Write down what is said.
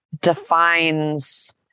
defines